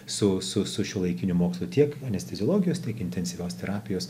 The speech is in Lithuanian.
su su su šiuolaikiniu mokslu tiek anesteziologijos intensyvios terapijos